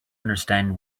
understand